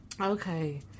okay